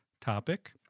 topic